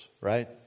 right